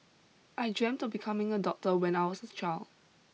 I dreamt of becoming a doctor when I was a child